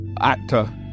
actor